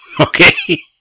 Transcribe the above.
Okay